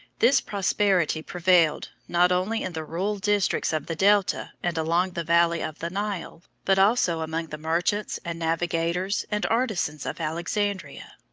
this prosperity prevailed not only in the rural districts of the delta and along the valley of the nile, but also among the merchants, and navigators, and artisans of alexandria.